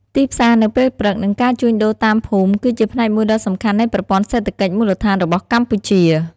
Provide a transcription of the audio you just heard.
ទីផ្សារនៅពេលព្រឹក និងការជួញដូរតាមភូមិគឺជាផ្នែកមួយដ៏សំខាន់នៃប្រព័ន្ធសេដ្ឋកិច្ចមូលដ្ឋានរបស់កម្ពុជា។